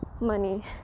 money